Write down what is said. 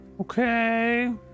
Okay